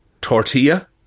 tortilla